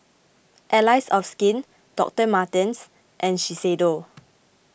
Allies of Skin Doctor Martens and Shiseido